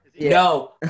No